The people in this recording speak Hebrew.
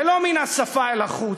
ולא מן השפה ולחוץ,